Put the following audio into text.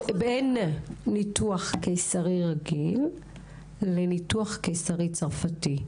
בין ניתוח קיסרי רגיל לניתוח קיסרי צרפתי?